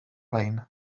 layne